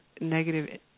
negative